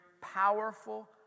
powerful